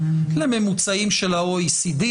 לממוצעים של OECD,